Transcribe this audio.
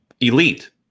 elite